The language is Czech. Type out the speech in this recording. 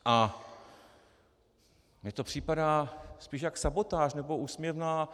A mně to připadá spíš jako sabotáž nebo úsměvná...